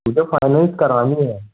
मुझे फाइनेन्स करानी है